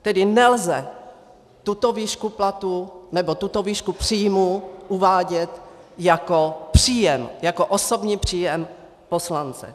Tedy nelze tuto výšku platů nebo tuto výšku příjmu uvádět jako příjem, jako osobní příjem poslance.